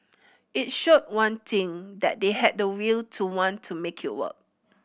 it showed one thing that they had the will to want to make it work